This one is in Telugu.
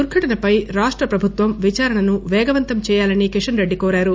దుర్ఘటనపై రాష్టప్రభుత్వం విచారణను పేగవంతం చేయాలని కిషన్ రెడ్డి కోరారు